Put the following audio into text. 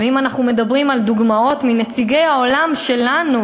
ואם אנחנו מדברים על דוגמאות מנציגי העולם שלנו,